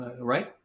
right